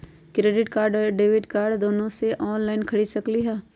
Credit card और debit card दोनों से ऑनलाइन खरीद सकली ह?